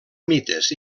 mites